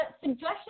suggestions